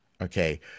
Okay